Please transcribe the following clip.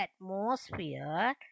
atmosphere